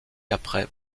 après